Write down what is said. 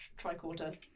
tricorder